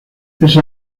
ese